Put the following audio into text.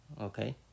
Okay